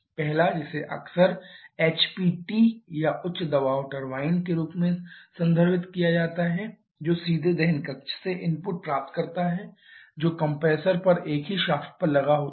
पहला जिसे अक्सर HPT या उच्च दबाव टरबाइन के रूप में संदर्भित किया जाता है जो सीधे दहन कक्ष से इनपुट प्राप्त करता है जो कंप्रेसर पर एक ही शाफ्ट पर लगा होता है